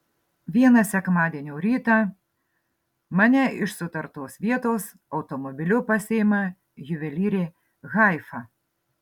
vieną sekmadienio rytą mane iš sutartos vietos automobiliu pasiima juvelyrė haifa